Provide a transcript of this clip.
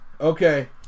Okay